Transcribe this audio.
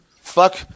Fuck